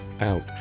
out